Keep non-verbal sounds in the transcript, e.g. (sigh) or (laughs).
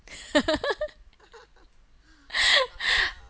(laughs)